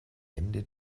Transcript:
ende